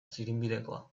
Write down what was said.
zirinbidekoa